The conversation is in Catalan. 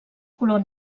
color